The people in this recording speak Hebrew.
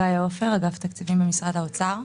גאיה עפר, אגף תקציבים במשרד האוצר.